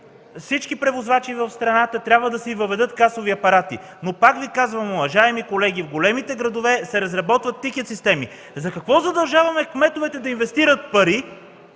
всички превозвачи в страната трябва да си въведат касови апарати, но пак Ви казвам, уважаеми колеги, в големите градове се разработват тикет системи. Защо задължаваме кметовете да инвестират пари